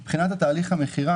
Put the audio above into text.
מבחינת תהליך המכירה,